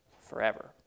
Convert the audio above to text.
forever